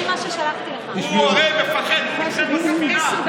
הוא הרי מפחד, בספינה,